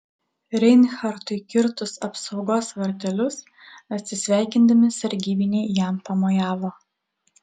reinhartui kirtus apsaugos vartelius atsisveikindami sargybiniai jam pamojavo